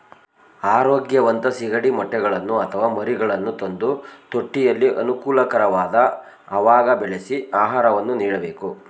ಆರೋಗ್ಯವಂತ ಸಿಗಡಿ ಮೊಟ್ಟೆಗಳನ್ನು ಅಥವಾ ಮರಿಗಳನ್ನು ತಂದು ತೊಟ್ಟಿಯಲ್ಲಿ ಅನುಕೂಲಕರವಾದ ಅವಾಗ ಬೆಳೆಸಿ ಆಹಾರವನ್ನು ನೀಡಬೇಕು